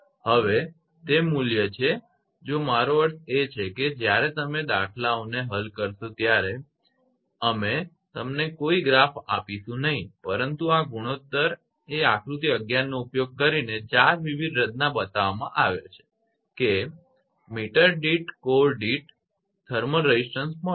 હવે તે મૂલ્ય છે જો મારો અર્થ એ છે કે જ્યારે તમે દાખલાઓને હલ કરશો ત્યારે અમે તમને કોઈ ગ્રાફઆલેખ આપશું નહીં પરંતુ આ ગુણોત્તર એ આકૃતિ 11 નો ઉપયોગ કરીને 4 વિવિધ રચના બતાવવામાં આવે છે કે મીટર દીઠ કોર દીઠ થર્મલ રેઝિસ્ટન્સ મળશે